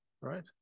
right